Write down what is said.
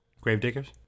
Gravediggers